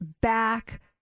back